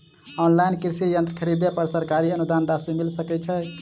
Online कृषि यंत्र खरीदे पर सरकारी अनुदान राशि मिल सकै छैय?